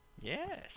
Yes